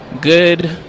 good